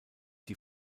die